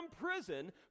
prison